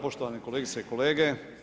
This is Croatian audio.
Poštovane kolegice i kolege.